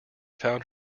found